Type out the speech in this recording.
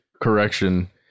correction